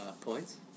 Points